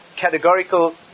categorical